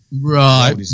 Right